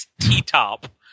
T-Top